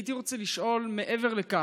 הייתי רוצה לשאול מעבר לכך.